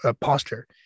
posture